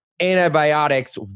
antibiotics